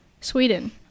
Sweden